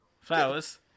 Flowers